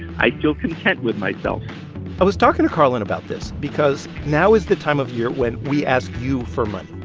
i feel content with myself i was talking to karlan about this because now is the time of year when we ask you for money.